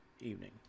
evening